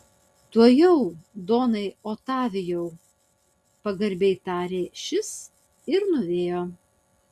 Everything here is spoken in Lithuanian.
tuojau donai otavijau pagarbiai tarė šis ir nuėjo